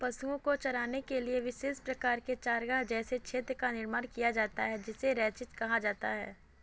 पशुओं को चराने के लिए विशेष प्रकार के चारागाह जैसे क्षेत्र का निर्माण किया जाता है जिसे रैंचिंग कहा जाता है